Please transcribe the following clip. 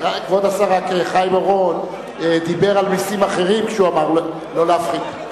רק חיים אורון דיבר על מסים אחרים כשהוא אמר לא להפחית.